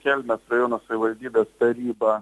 kelmės rajono savivaldybės taryba